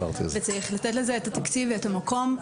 לתת לזה את התקציב ואת המקום,